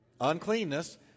uncleanness